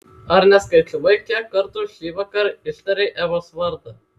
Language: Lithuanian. ar neskaičiavai kiek kartų šįvakar ištarei emos vardą